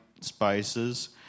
spices